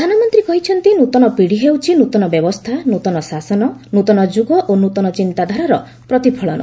ପ୍ରଧାନମନ୍ତ୍ରୀ କହିଛନ୍ତି ନୃତନ ପିଢ଼ି ହେଉଛି ନୃତନ ବ୍ୟବସ୍ଥା ନୃତନ ଶାସନ ନୃତନ ଯୁଗ ଓ ନୃତନ ଚିନ୍ତାଧାରାର ପ୍ରତିଫଳନ